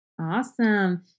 Awesome